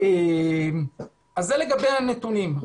אז זה לגבי הנתונים.